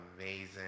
amazing